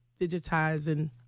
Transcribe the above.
digitizing